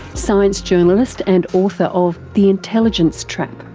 science journalist and author of the intelligence trap,